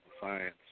science